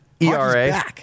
ERA